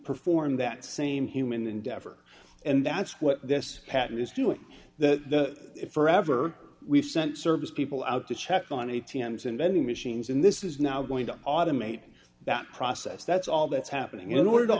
perform that same human endeavor and that's what this patent is doing that forever we've sent service people out to check on a t m s and vending machines and this is now going to automate that process that's all that's happening in order to